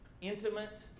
intimate